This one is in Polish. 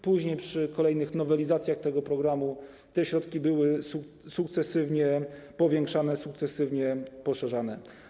Później, przy kolejnych nowelizacjach tego programu, te środki były sukcesywnie powiększane, sukcesywnie poszerzane.